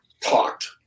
talked